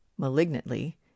malignantly